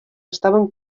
estaven